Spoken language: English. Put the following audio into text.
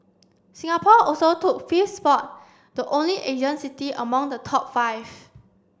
Singapore also took fifth spot the only Asian city among the top five